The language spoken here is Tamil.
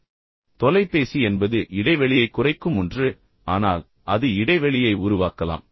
எனவே நான் சொன்னது போல் தொலைபேசி என்பது இடைவெளியைக் குறைக்கும் ஒன்று ஆனால் அது இடைவெளியை உருவாக்கலாம்